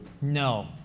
No